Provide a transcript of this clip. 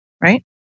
right